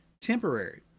temporary